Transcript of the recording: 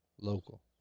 Local